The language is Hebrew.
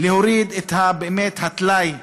להוריד באמת את הטלאי